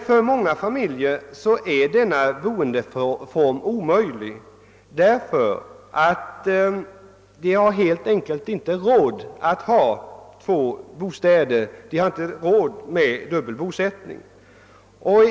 För många familjer är emellertid denna boendeform omöjlig helt enkelt därför att de inte har råd med dubbel bosättning.